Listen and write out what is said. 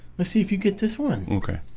let's see if you get this one, okay